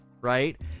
right